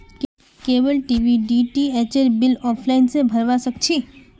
cable TV डीटीएचेर bill offline स भरवा सक छी